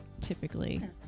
typically